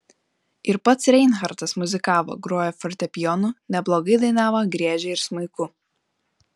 ir pats reinhartas muzikavo grojo fortepijonu neblogai dainavo griežė ir smuiku